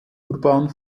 urban